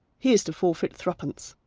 he is to forfeit thruppence.